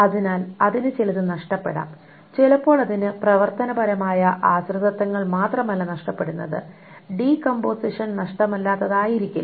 അതിനാൽ അതിന് ചിലത് നഷ്ടപ്പെടാം ചിലപ്പോൾ അതിന് പ്രവർത്തനപരമായ ആശ്രിതത്വങ്ങൾ മാത്രമല്ല നഷ്ടപ്പെടുന്നത് ഡികമ്പോസിഷൻ നഷ്ടമില്ലാത്തതായിരിക്കില്ല